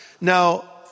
Now